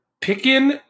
Picking